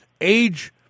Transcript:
age